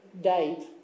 Dave